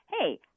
hey